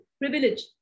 privilege